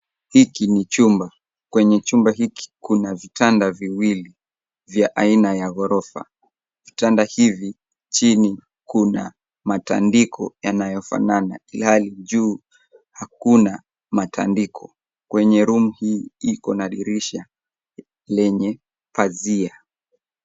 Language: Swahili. Hiki ni chumba. Kwenye chumba hiki kuna vitanda viwili vya aina ya ghorofa. Vitanda hivi chini kuna matandiko yanayofanana ilhali juu hakuna matandiko. Kwenye room hii iko na dirisha lenye pazia.